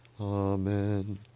Amen